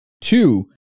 Two